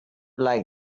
like